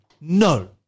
No